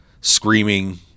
screaming